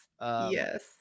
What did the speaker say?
yes